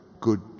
good